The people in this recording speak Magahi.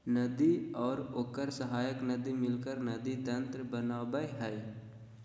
नदी और ओकर सहायक नदी मिलकर नदी तंत्र बनावय हइ